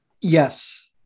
Yes